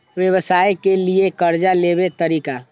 व्यवसाय के लियै कर्जा लेबे तरीका?